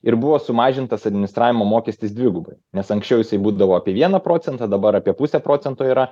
ir buvo sumažintas administravimo mokestis dvigubai nes anksčiau jisai būdavo apie vieną procentą dabar apie pusę procento yra